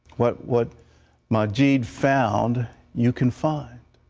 what what majit found you can find.